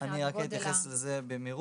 מבחינת גודל ה --- אני אתייחס לזה במהירות.